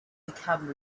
become